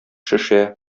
шешә